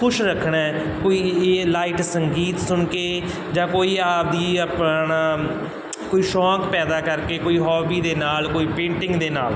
ਖੁਸ਼ ਰੱਖਣਾ ਕੋਈ ਇਹ ਲਾਈਟ ਸੰਗੀਤ ਸੁਣ ਕੇ ਜਾਂ ਕੋਈ ਆਪਦੀ ਆਪਣਾ ਕੋਈ ਸ਼ੌਕ ਪੈਦਾ ਕਰਕੇ ਕੋਈ ਹੋਬੀ ਦੇ ਨਾਲ ਕੋਈ ਪੇਂਟਿੰਗ ਦੇ ਨਾਲ